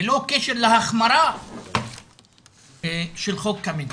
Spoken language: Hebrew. ללא קשר להחמרה של חוק קמיניץ.